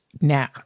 now